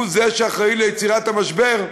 הוא זה שאחראי ליצירת המשבר,